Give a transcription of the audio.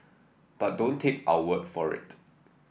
but don't take our word for it